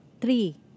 three